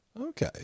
Okay